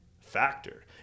factor